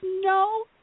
no